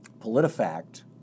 PolitiFact